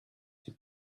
she